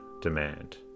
demand